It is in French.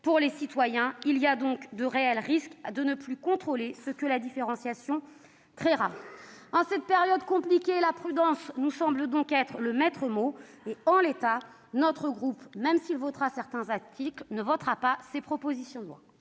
pour les citoyens. Il y a donc de réels risques de ne plus contrôler ce que la différenciation créera. En cette période compliquée, la prudence nous semble donc être le maître mot. C'est pourquoi, en l'état, le groupe CRCE votera certains articles, mais il ne votera pas ces propositions de